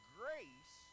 grace